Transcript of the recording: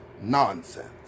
nonsense